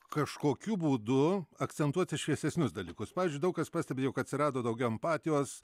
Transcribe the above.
kažkokiu būdu akcentuoti šviesesnius dalykus pavyzdžiui daug kas pastebi jog atsirado daugiau empatijos